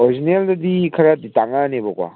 ꯑꯣꯔꯤꯖꯤꯅꯦꯜꯗꯗꯤ ꯈꯔꯗꯤ ꯇꯥꯡꯉꯛꯑꯅꯦꯕꯀꯣ